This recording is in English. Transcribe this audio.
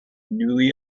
newly